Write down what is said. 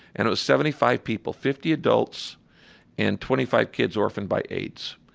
and it was seventy five people fifty adults and twenty five kids orphaned by aids.